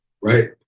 Right